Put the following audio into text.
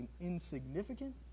insignificant